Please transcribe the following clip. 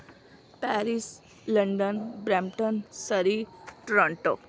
Paris London Brampton Surrey Toronto